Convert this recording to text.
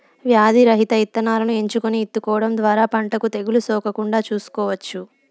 వ్యాధి రహిత ఇత్తనాలను ఎంచుకొని ఇత్తుకోవడం ద్వారా పంటకు తెగులు సోకకుండా చూసుకోవచ్చు